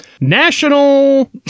National